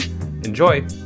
Enjoy